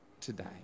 today